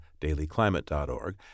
dailyclimate.org